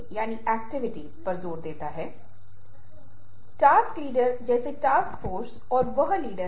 सामाजिक रूप से अधिग्रहित जिस तरह से भाषा के कुछ पहलुओं को सामाजिक रूप से हासिल किया जाता है